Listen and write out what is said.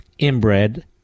Inbred